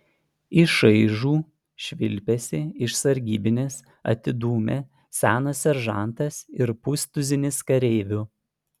į šaižų švilpesį iš sargybinės atidūmė senas seržantas ir pustuzinis kareivių